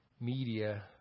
media